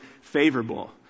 favorable